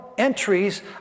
entries